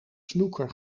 snooker